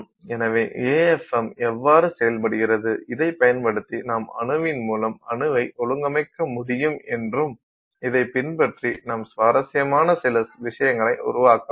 எனவே AFM எவ்வாறு செயல்படுகிறது இதைப் பயன்படுத்தி நாம் அணுவின் மூலம் அணுவை ஒழுங்கமைக்க முடியும் என்றும் இதைப் பின்பற்றி நாம் சுவாரஸ்யமான சில விஷயங்களை உருவாக்கலாம்